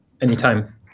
Anytime